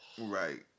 Right